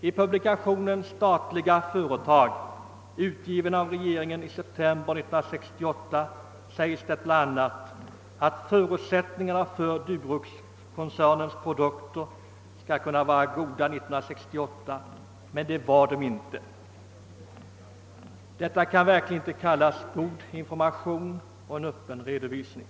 I publikationen Statliga företag, utgiven av regeringen i september 1968, sades bl.a. att förutsättningarna för Duroxkoncernens produkter år 1968 skulle vara goda. Så var nu inte fallet. Detta kan verkligen inte kallas god information och öppen redovisning.